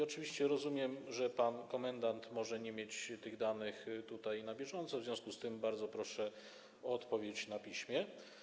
Oczywiście rozumiem, że pan komendant może nie mieć tych danych na bieżąco, w związku z tym bardzo proszę o odpowiedź na piśmie.